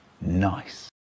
Nice